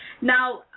Now